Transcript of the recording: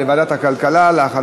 לדיון מוקדם בוועדת הכלכלה נתקבלה.